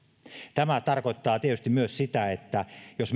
tämä tarkoittaa tietysti myös sitä että jos